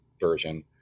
version